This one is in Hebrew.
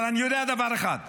אבל אני יודע דבר אחד,